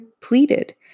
pleaded